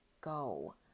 go